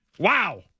Wow